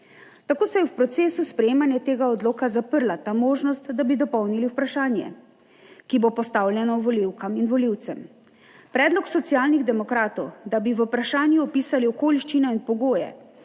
Tako se je v procesu sprejemanja tega odloka zaprla ta možnost, da bi dopolnili vprašanje, ki bo postavljeno volivkam in volivcem. Predlog Socialnih demokratov, da bi v vprašanju opisali okoliščine in pogoje